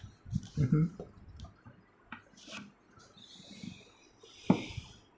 mmhmm